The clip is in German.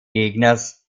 gegners